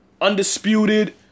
Undisputed